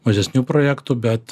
mažesnių projektų bet